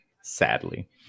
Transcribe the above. sadly